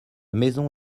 maison